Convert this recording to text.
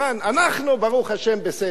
אנחנו ברוך השם בסדר.